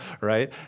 right